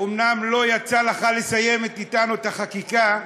אומנם לא יצא לך לסיים אתנו את החקיקה,